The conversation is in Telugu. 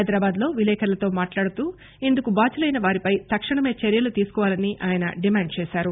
హైదరాబాద్ లో విలేకరులతో మాట్లాడుతూ ఇందుకు బాధ్యులైన వారిపై తక్షణమే చర్యలు తీసుకోవాలని ఆయన డిమాండ్ చేశారు